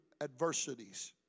adversities